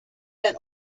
been